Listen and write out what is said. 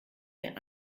mir